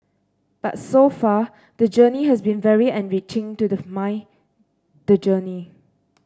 but so far the journey has been very enriching to the mind the journey